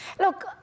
Look